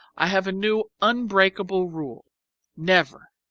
i have a new unbreakable rule never,